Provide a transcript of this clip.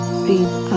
breathe